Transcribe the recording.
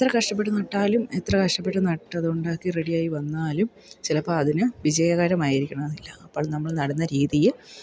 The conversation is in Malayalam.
എത്ര കഷ്ടപ്പെട്ട് നട്ടാലും എത്ര കഷ്ടപ്പെട്ട് നട്ടതുണ്ടാക്കി റെഡിയായി വന്നാലും ചിലപ്പോൾ അതിന് വിജയകരമായിരിക്കണമെന്നില്ല അപ്പോൾ നമ്മൾ നടന്ന രീതിയിൽ